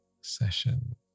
session